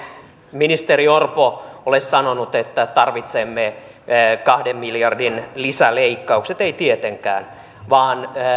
ministeri orpo ole sanonut että tarvitsemme kahden miljardin lisäleikkaukset ei tietenkään vaan